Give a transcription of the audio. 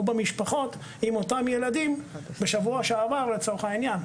במשפחות עם אותן ילדים בשבוע שעבר לצורך העניין.